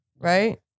right